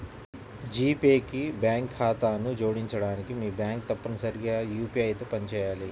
G Pay కి bank ఖాతాను జోడించడానికి, మీ బ్యాంక్ తప్పనిసరిగా యూ.పీ.ఐ తో పనిచేయాలి